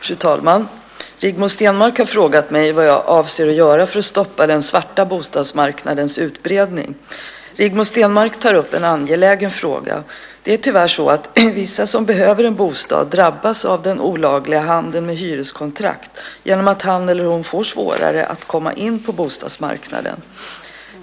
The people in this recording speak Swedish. Fru talman! Rigmor Stenmark har frågat mig vad jag avser att göra för att stoppa den svarta bostadsmarknadens utbredning. Rigmor Stenmark har tagit upp en angelägen fråga. Det är tyvärr så att vissa som behöver en bostad drabbas av den olagliga handeln med hyreskontrakt genom att han eller hon får svårare att komma in på bostadsmarknaden.